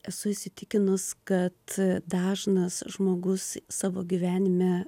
esu įsitikinus kad dažnas žmogus savo gyvenime